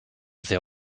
sehr